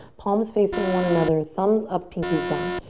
palms facing one another. thumbs up, pinkies down.